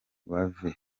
bavuze